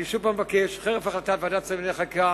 אני שוב מבקש, חרף החלטת ועדת שרים לענייני חקיקה: